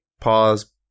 pause